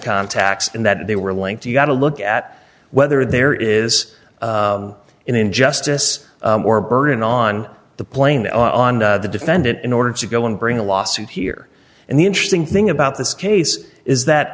contacts and that they were linked you've got to look at whether there is an injustice or a burden on the plane on the defendant in order to go and bring a lawsuit here and the interesting thing about this case is that